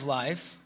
life